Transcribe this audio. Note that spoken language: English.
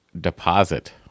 deposit